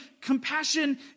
compassion